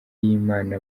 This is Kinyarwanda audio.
y’imana